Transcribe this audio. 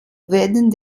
werden